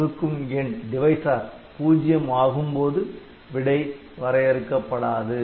வகுக்கும் எண் பூஜ்யம் ஆகும்போது விடை வரையறுக்கப்படாது